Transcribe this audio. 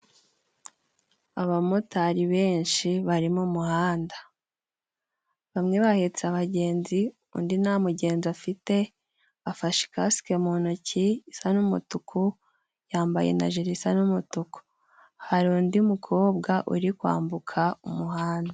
Abamotari benshi bari mu muhanda. Bamwe bahetse abagenzi undi nta mugenzi afite. Afashe kasike mu ntoki isa n'umutuku, yambaye na jile isa n'umutuku. Hari undi mukobwa uri kwambuka umuhanda.